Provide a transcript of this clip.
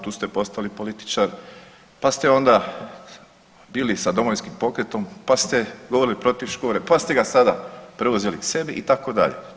Tu ste postali političar, pa ste onda bili sa Domovinskim pokretom, pa ste govorili protiv Škore, pa ste ga sada preuzeli k sebi itd.